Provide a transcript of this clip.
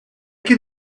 can